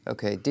Okay